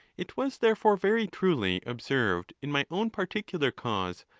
it was therefore very truly observed in my own particular cause,